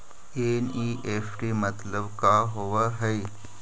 NEFT मतलब का होब हई?